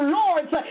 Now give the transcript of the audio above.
lords